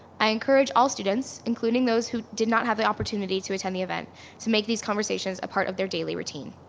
i encourage all students, including those who did have the opportunity to attend the event to make these conversations a part of their daily routine.